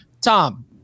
Tom